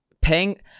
paying